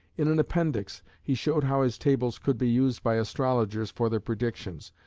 in an appendix, he showed how his tables could be used by astrologers for their predictions,